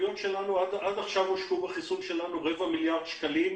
עד עכשיו הושקעו בחיסון שלנו רבע מיליארד שקלים,